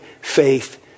faith